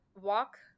walk